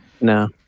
No